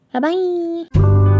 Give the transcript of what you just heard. Bye-bye